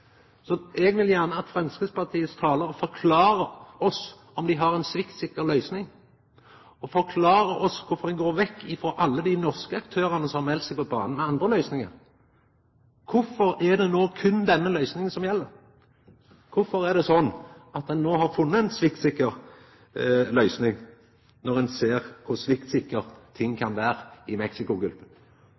Så eg vil gjerne at talarane frå Framstegspartiet forklarer oss om dei har ei sviktsikker løysing, og forklarer oss kvifor ein går vekk frå alle dei norske aktørane som har meldt seg på banen med andre løysingar. Kvifor er det no berre denne løysinga som gjeld? Kvifor er det sånn at ein no har funne ei sviktsikker løysing, når ein ser kor sviktsikre ting kan vera i